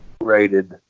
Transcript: rated